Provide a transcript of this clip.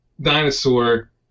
dinosaur